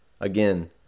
Again